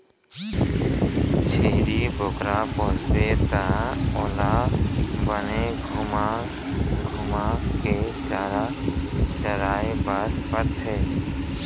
छेरी बोकरा पोसबे त ओला बने घुमा घुमा के चारा चरवाए बर परथे